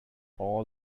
all